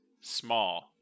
Small